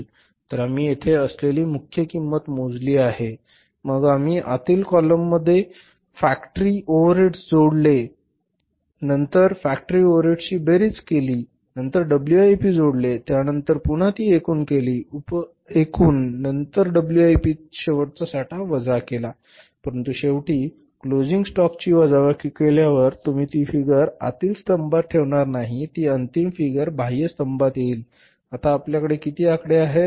तर आम्ही येथे असलेली मुख्य किंमत मोजली आहे मग आम्ही आतील कॉलममध्ये फॅक्टरी ओव्हरहेड्स जोडले नंतर फॅक्टरी ओव्हरहेड्सची बेरीज केली नंतर डब्ल्यूआयपी जोडले त्यानंतर पुन्हा ती एकूण केली उप एकूण नंतर डब्ल्यूआयपीचा शेवटचा साठा वजा केला परंतु शेवटी क्लोजिंग स्टॉकचे वजाबाकी केल्यावर तुम्ही ती फिगर आतील स्तंभात ठेवणार नाही ती अंतिम फिगर बाह्य स्तंभात येईल आता आपल्याकडे किती आकडे आहेत